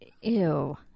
Ew